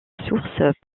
source